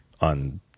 on